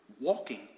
walking